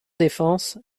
défense